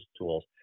tools